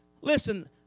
Listen